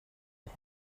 det